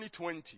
2020